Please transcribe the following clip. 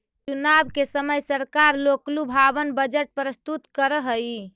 चुनाव के समय सरकार लोकलुभावन बजट प्रस्तुत करऽ हई